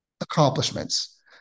Accomplishments